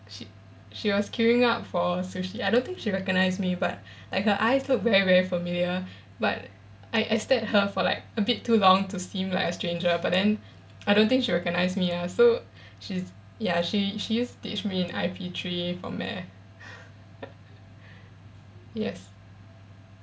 she she was queueing up for sushi I don't think she recognised me but like her eyes look very very familiar but I I stared at her for like a bit too long to seem like a stranger but then I don't think she recognise me ah so she ya she she used to teach me in I_P three for math yes